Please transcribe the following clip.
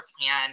plan